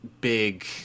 big